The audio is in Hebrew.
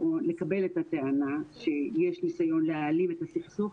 או לקבל את הטענה שיש ניסיון להעלים את הסכסוך,